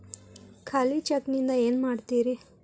ಖಾಲಿ ಚೆಕ್ ನಿಂದ ಏನ ಮಾಡ್ತಿರೇ?